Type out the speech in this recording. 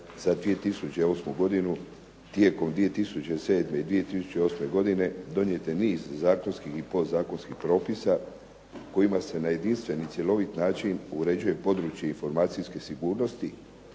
za 2008. godinu tijekom 2007. i 2008. godine donijet je niz zakonskih i podzakonskih propisa kojim se na jedinstven i cjelovit način uređuje područje informacijske sigurnosti